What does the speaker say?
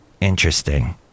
Interesting